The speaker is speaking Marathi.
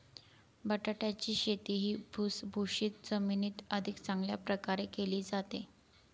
बटाट्याची शेती ही भुसभुशीत जमिनीत अधिक चांगल्या प्रकारे केली जाते